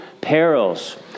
perils